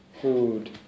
Food